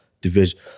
division